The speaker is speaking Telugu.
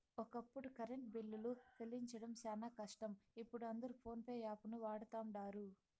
ఒకప్పుడు కరెంటు బిల్లులు సెల్లించడం శానా కష్టం, ఇపుడు అందరు పోన్పే యాపును వాడతండారు